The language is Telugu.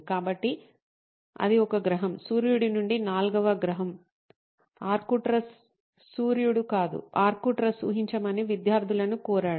కాబట్టి అది ఒక గ్రహం సూర్యుడి నుండి నాల్గవ గ్రహం ఆర్క్టురస్ సూర్యుడు కాదు ఆర్క్టురస్ ఊహించమని విద్యార్థులను కోరాడు